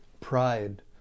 pride